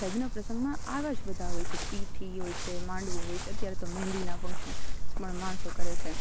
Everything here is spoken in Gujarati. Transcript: લગ્ન પ્રસંગમાં આવા જ બધા હોય છે પીઠી હોય છે માંડવો હોય છે અત્યારે તો મહેંદીના ફંકશન પણ માણસો કરે છે